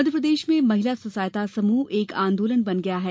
मध्यप्रदेश में महिला स्वसहायता समूह एक आंदोलन बन गया है